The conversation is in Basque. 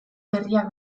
berriak